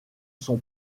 son